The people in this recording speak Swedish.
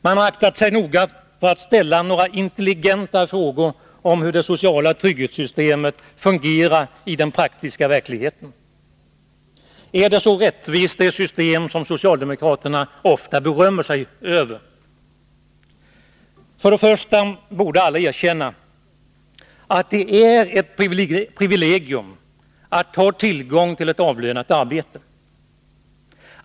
Man har noga aktat sig för att ställa några intelligenta frågor om hur det sociala trygghetssystemet fungerar i den praktiska verkligheten. Är det system som socialdemokratin ofta berömmer sig av så rättvist? Vi bör alla erkänna att det är ett privilegium att ha tillgång till ett avlönat arbete.